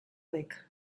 reg